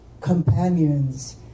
companions